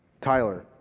Tyler